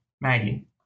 Maggie